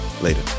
Later